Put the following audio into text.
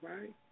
right